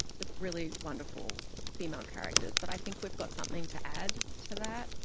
with really wonderful female characters. but i think we've got something to add to that.